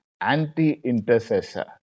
anti-intercessor